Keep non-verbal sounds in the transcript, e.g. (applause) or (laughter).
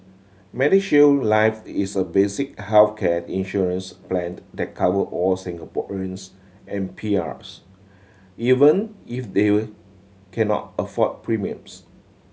MediShield Life is a basic healthcare insurance plan (unintelligible) that cover all Singaporeans and P Rs even if they cannot afford premiums